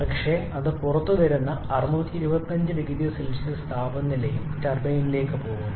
പക്ഷെ അത് പുറത്തുവരുന്നു 625 0C താപനിലയും ടർബൈനിലേക്ക് പോകുന്നു